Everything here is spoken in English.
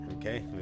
Okay